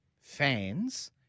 fans